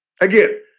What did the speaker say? Again